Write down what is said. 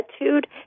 attitude